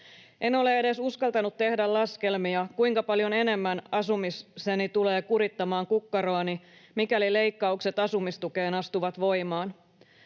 En ole edes uskaltanut tehdä laskelmia, kuinka paljon enemmän asumiseni tulee kurittamaan kukkaroani, mikäli leikkaukset asumistukeen astuvat voimaan.